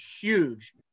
huge